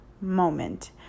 moment